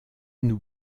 nous